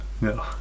No